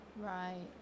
Right